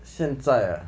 现在 ah